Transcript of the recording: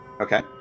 Okay